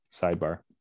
sidebar